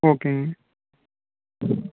ஓகேங்க